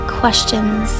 questions